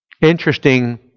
Interesting